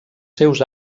seus